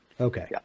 Okay